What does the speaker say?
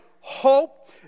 hope